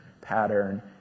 pattern